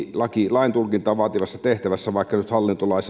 laintulkintaa vaativassa tehtävässä vaikka hallintolain